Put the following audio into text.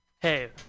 Hey